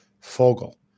Fogle